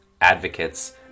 advocates